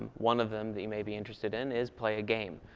um one of them that you may be interested in is play a game.